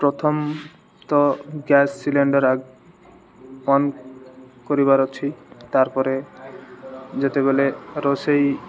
ପ୍ରଥମ ତ gas cylinder ଆଗ୍ ଅନ୍ କରିବାର ଅଛି ତାର୍ ପରେ ଯେତେବେଲେ ରୋଷେଇ